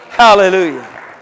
Hallelujah